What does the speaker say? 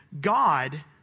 God